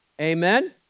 amen